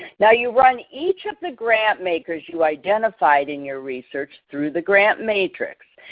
now you run each of the grant makers you identified in your research through the grant matrix.